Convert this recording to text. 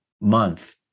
month